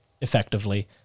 effectively